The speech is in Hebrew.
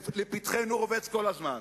לפתחנו רובץ כל הזמן.